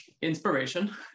Inspiration